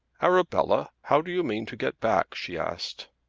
arabella, how do you mean to get back? she asked.